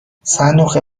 صندوق